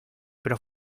pero